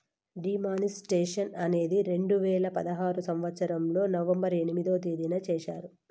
D మానిస్ట్రేషన్ అనేది రెండు వేల పదహారు సంవచ్చరంలో నవంబర్ ఎనిమిదో తేదీన చేశారు